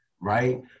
right